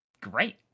Great